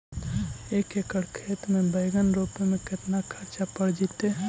एक एकड़ खेत में बैंगन रोपे में केतना ख़र्चा पड़ जितै?